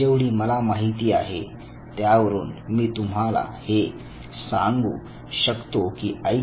जेवढी मला माहिती आहे त्यावरून मी तुम्हाला हे सांगू शकतो की आई